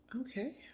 Okay